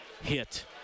hit